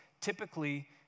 typically